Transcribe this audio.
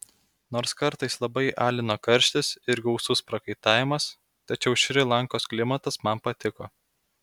nors kartais labai alino karštis ir gausus prakaitavimas tačiau šri lankos klimatas man patiko